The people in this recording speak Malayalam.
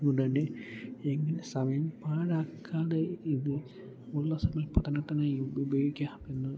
അതുകൊണ്ട് തന്നെ എങ്ങനെ സമയം പാഴാക്കാതെ ഇത് ഉള്ള സമയം പഠനത്തിനായി ഉപയോഗിക്കാൻ എന്ന്